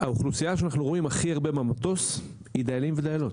האוכלוסייה שאנחנו רואים הכי הרבה במטוס היא דיילים ודיילות.